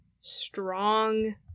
strong